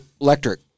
electric